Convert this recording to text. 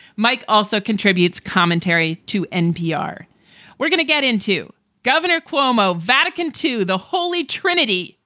mike also contributes commentary to npr we're gonna get into gov. and cuomo, vatican two, the holy trinity,